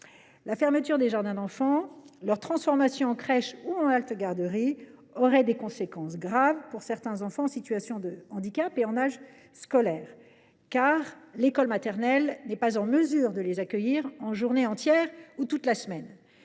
la fermeture des jardins d’enfants ou leur transformation en crèches ou en haltes garderies aurait de graves conséquences pour certains enfants en situation de handicap et en âge d’être scolarisés. En effet, les écoles maternelles ne sont pas en mesure de les accueillir en journée entière ou toute la semaine.